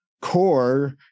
core